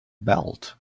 belt